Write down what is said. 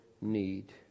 need